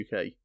UK